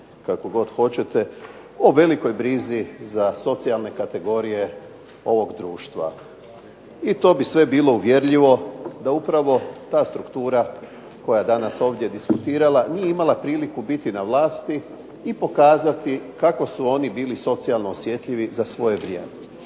kako god hoćete, o velikoj brizi za socijalne kategorije ovog društva. I to bi sve bilo uvjerljivo da upravo ta struktura koja je danas ovdje diskutirala nije imala priliku biti na vlasti i pokazati kako su oni bili socijalno osjetljivi za svoje vrijeme.